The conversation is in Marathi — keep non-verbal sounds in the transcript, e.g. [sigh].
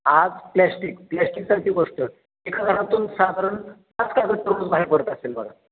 आज प्लॅश्टिक प्लॅश्टिकसारखी गोष्ट एका घरातून साधारण पाच [unintelligible] बाहेर पडत असेल बघा